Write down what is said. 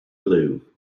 glue